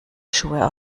schuhe